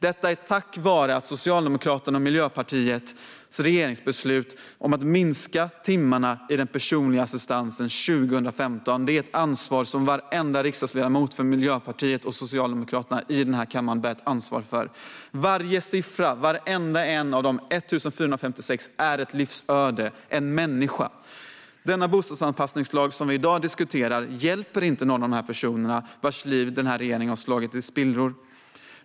Detta är en följd av Socialdemokraternas och Miljöpartiets beslut från 2015 om att minska timmarna i den personliga assistansen. Varenda riksdagsledamot för Socialdemokraterna och Miljöpartiet i denna kammare bär ansvar för detta. Varenda en av dessa 1 456 är en människa och ett livsöde. Den bostadsanpassningslag som vi i dag diskuterar hjälper ingen av dem vars liv regeringen har slagit i spillror.